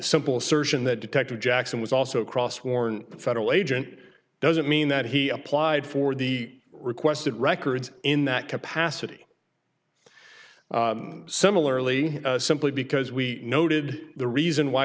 simple assertion that detective jackson was also cross worn federal agent doesn't mean that he applied for the requested records in that capacity similarly simply because we noted the reason why